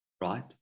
right